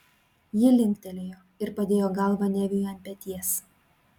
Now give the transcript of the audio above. ji linktelėjo ir padėjo galvą neviui ant peties